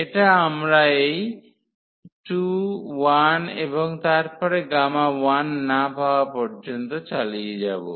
এটা আমরা এই 2 1 এবং তারপরে Γ না পাওয়া পর্যন্ত চালিয়ে যাব